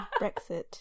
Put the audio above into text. Brexit